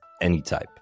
AnyType